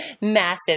massive